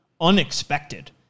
unexpected